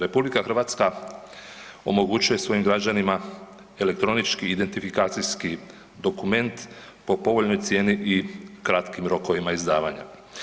RH omogućuje svojim građanima elektronički identifikacijski dokument po povoljnoj cijeni i kratkim rokovima izdavanja.